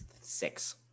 six